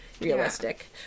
realistic